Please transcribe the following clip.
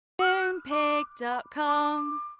Moonpig.com